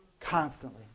Constantly